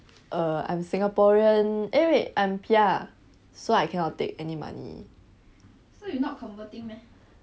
err I'm singaporean eh wait I am P_R so I cannot take any money so you not converting meh